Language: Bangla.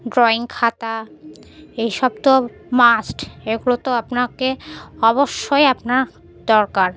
ড্রয়িং খাতা এইসব তো মাস্ট এগুলো তো আপনাকে অবশ্যই আপনার দরকার